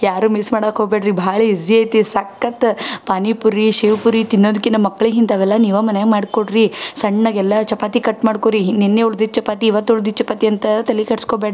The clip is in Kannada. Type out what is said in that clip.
ಯಾರೂ ಮಿಸ್ ಮಾಡೋಕೆ ಹೋಗಬೇಡ್ರಿ ಭಾಳ ಈಸಿ ಐತಿ ಸಖತ್ ಪಾನಿಪುರಿ ಶೇವ್ ಪುರಿ ತಿನ್ನೊದಕ್ಕಿಂತ ಮಕ್ಳಿಗೆ ಇಂಥವೆಲ್ಲ ನೀವು ಮನ್ಯಾಗ ಮಾಡಿಕೊಡ್ರಿ ಸಣ್ಣಗೆ ಎಲ್ಲ ಚಪಾತಿ ಕಟ್ ಮಾಡ್ಕೊ ರೀ ಹಿ ನಿನ್ನೆ ಉಳ್ದಿದ್ದ ಚಪಾತಿ ಈವತ್ತು ಉಳ್ದಿದ್ದ ಚಪಾತಿ ಅಂತ ತಲೆ ಕೆಡ್ಸ್ಕೊಳ್ಬೇಡ್ರಿ